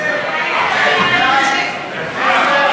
סעיפים